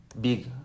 big